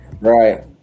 right